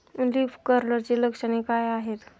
Leaf कर्लची लक्षणे काय आहेत?